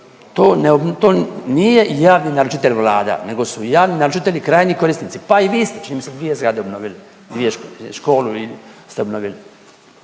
to nije javni naručitelj Vlada nego su javni naručitelji krajnji korisnici, pa i vi ste čini mi se dvije zgrade obnovili, dvije, školu ste obnovili,